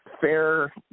fair